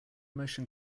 motion